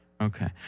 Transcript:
Okay